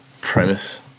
premise